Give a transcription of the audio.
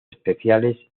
especiales